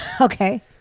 Okay